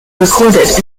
recorded